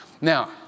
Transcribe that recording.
Now